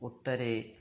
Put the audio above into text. उत्तरे